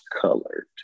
colored